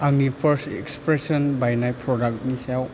आंनि face expression बायनाइ प्रडाक्टनि सायाव